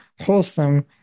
wholesome